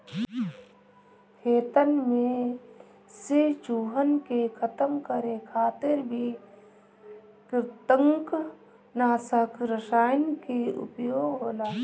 खेतन में से चूहन के खतम करे खातिर भी कृतंकनाशक रसायन के उपयोग होला